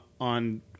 on